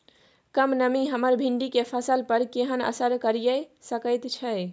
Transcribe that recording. कम नमी हमर भिंडी के फसल पर केहन असर करिये सकेत छै?